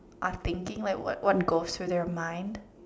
are thinking like what what goes through their mind